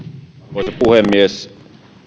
arvoisa puhemies